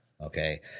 Okay